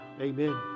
amen